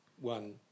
one